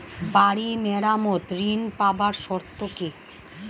বাড়ি মেরামত ঋন পাবার শর্ত কি?